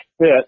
fit